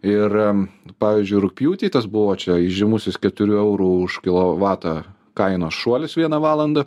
ir pavyzdžiui rugpjūtį tas buvo čia įžymusis keturių eurų už kilovatą kainos šuolis vieną valandą